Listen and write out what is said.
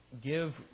give